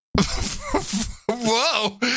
Whoa